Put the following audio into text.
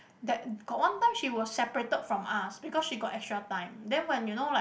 that got one time she was separated from us because she got extra time then when you know like